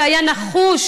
שהיה נחוש